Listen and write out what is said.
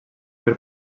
per